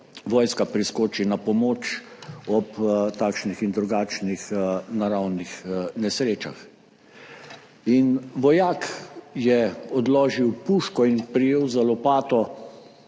ko vojska priskoči na pomoč ob takšnih in drugačnih naravnih nesrečah. In vojak je odložil puško in prijel za lopato